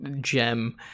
gem